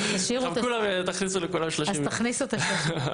תכניסו את ה-30.